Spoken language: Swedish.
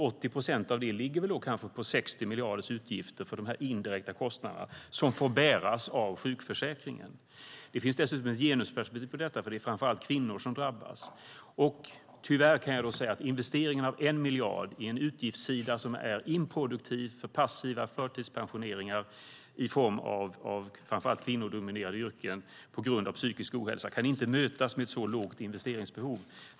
80 procent av det ligger kanske på utgifter på 60 miljarder för de här indirekta kostnaderna, som får bäras av sjukförsäkringen. Det finns dessutom ett genusperspektiv på detta, för det är framför allt kvinnor som drabbas. Tyvärr kan jag säga att investeringen på 1 miljard på en utgiftssida som är improduktiv med passiva förtidspensioneringar, framför allt inom kvinnodominerade yrken, på grund av psykisk ohälsa inte kan mötas med ett så lågt investeringsbehov.